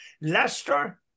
Leicester